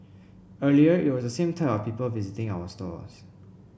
earlier it was the same type of people visiting our stores